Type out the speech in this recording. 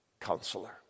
counselor